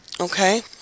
Okay